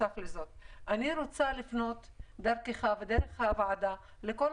אני רוצה לפנות דרכך ודרך הוועדה לכל